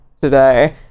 today